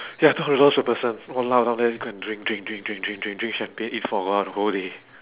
ya two hundred dollars per person !walao! down there go and drink drink drink drink drink drink drink champagne eat foie gras whole day